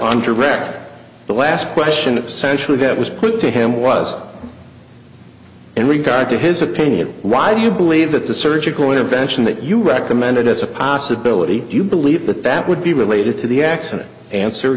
on direct the last question essentially that was put to him was in regard to his opinion why do you believe that the surgical intervention that you recommended as a possibility you believe that that would be related to the accident answer